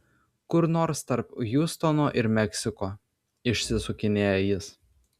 kur nors tarp hjustono ir meksiko išsisukinėja jis